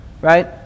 right